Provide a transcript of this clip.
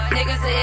Niggas